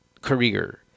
career